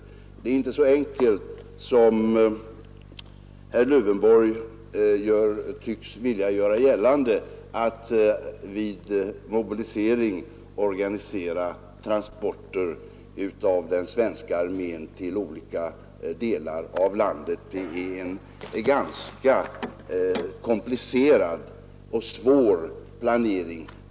Det är inte så enkelt som herr Lövenborg tycks vilja göra gällande att vid mobilisering organisera masstransporter av den svenska armén till olika delar av landet. Det är en ganska komplicerad och svår planering.